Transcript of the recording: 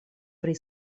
pri